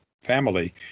family